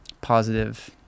positive